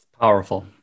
Powerful